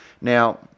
Now